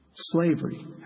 Slavery